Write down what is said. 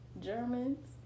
Germans